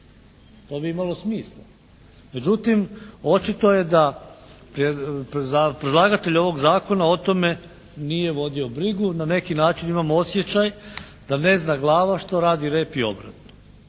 bi bi imalo smisla. Međutim, očito je da predlagatelj ovog zakona o tome nije vodio brigu. Na neki način imamo osjećaj da ne zna glava što radi rep i obrnuto.